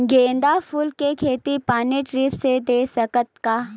गेंदा फूल के खेती पानी ड्रिप से दे सकथ का?